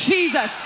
Jesus